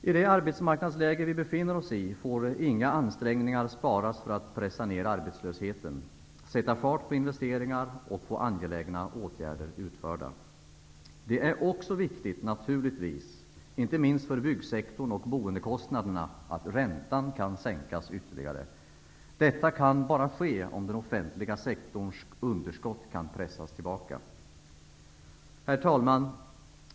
I det arbetsmarknadsläge som vi nu befinner oss i får inga ansträngningar sparas för att pressa ner arbetslösheten, sätta fart när det gäller investeringar och att se till att angelägna åtgärder vidtas. Naturligtvis är det också viktigt, inte minst för byggsektorn och boendekostnaderna, att räntan kan sänkas ytterligare. Detta är möjligt endast om den offentliga sektorns underskott kan pressas tillbaka. Herr talman!